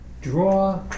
draw